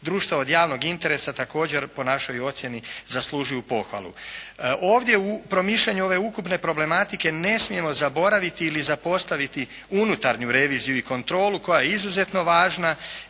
društava od javnog interesa također po našoj ocjeni zaslužuju pohvalu. Ovdje u promišljanju ove ukupne problematike ne smijemo zaboraviti ili zapostaviti unutarnju reviziju i kontrolu koja je izuzetno važna